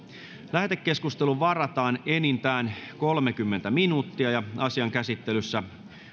lähetekeskusteluun varataan enintään kolmekymmentä minuuttia asian käsittelyssä